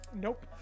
Nope